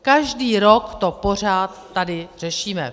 Každý rok to pořád tady řešíme.